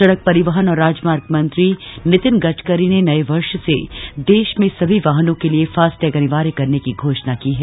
सड़क परिवहन और राजमार्ग मंत्री नितिन गडकरी ने नए वर्ष से देश में सभी वाहनों के लिए फास्टैग अनिवार्य करने की घोषणा की है